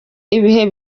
ibihe